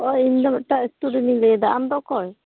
ᱚ ᱤᱧ ᱫᱚ ᱢᱤᱫᱴᱮᱱ ᱤᱥᱴᱩᱰᱮᱱᱤᱧ ᱞᱟᱹᱭᱮᱫᱟ ᱟᱢ ᱫᱚ ᱚᱠᱚᱭ